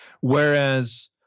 Whereas